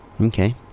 Okay